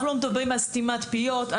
אנחנו לא מדברים על סתימת פיות,